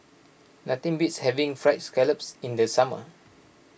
nothing beats having Fried Scallops in the summer